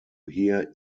hear